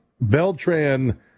Beltran